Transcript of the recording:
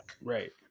right